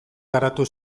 garatu